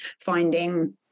finding